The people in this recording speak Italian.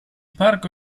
parco